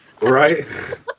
Right